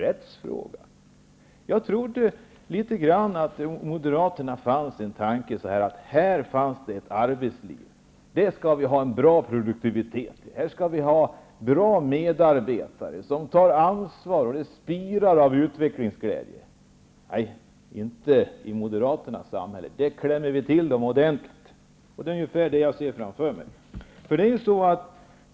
Jag trodde kanske att det hos Moderaterna fanns en tanke om att man har ett arbetsliv, och där skall man ha en bra produktivitet, bra medarbetare som tar ansvar, och det skall spira av utvecklingsglädje. Nej, inte i Moderaternas samhälle. Där skall man klämma till människorna ordentligt. Det är ungefär det som jag ser framför mig.